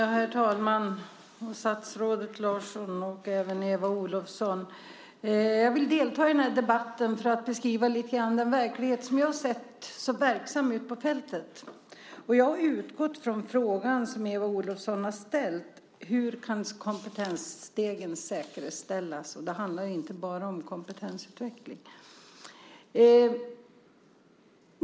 Herr talman! Statsrådet Larsson och även Eva Olofsson! Jag vill delta i debatten för att beskriva lite av den verklighet som jag som verksam har sett ute på fältet. Jag har utgått från frågan som Eva Olofsson har ställt: Hur kan Kompetensstegen säkerställas? Det handlar inte bara om kompetensutveckling.